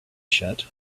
shut